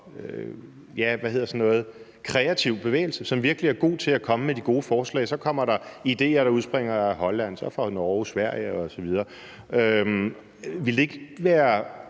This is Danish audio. kreativ bevægelse, som virkelig er god til at komme med de gode forslag: Der kommer idéer, der udspringer af Holland, så fra Norge, Sverige osv. Ville det ikke være